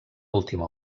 última